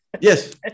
Yes